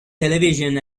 television